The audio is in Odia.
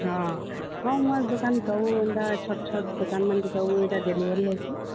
ହଁ ହଁ ମୋର ଦୁକାନ ସବୁ ଏନ୍ତା ଛୋଟଛୋଟ ଦୁକାନମାନଙ୍କୁ ସବୁ ଏଟା ଡେଲିଭରି ହେସି